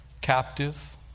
captive